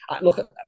look